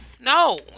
No